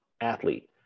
athlete